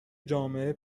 جامعه